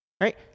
right